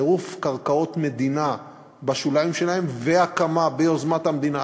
צירוף קרקעות מדינה בשוליים שלהם והקמה ביוזמת המדינה,